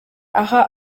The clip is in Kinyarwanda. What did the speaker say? aha